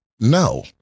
no